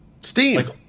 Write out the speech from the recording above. Steam